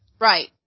right